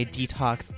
Detox